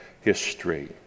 history